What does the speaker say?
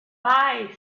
bye